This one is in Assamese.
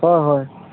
হয় হয়